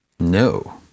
No